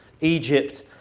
Egypt